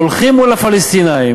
הולכים מול הפלסטינים,